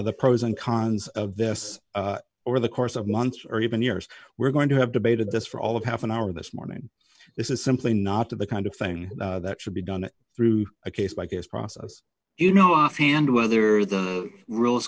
the pros and cons of this or the course of months or even years we're going to have debated this for all of half an hour this morning this is simply not the kind of thing that should be done through a case by case process you know offhand whether the rules